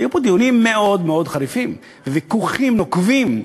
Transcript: היו פה דיונים מאוד מאוד חריפים, ויכוחים נוקבים.